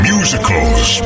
Musicals